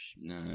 No